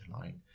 line